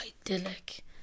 idyllic